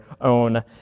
own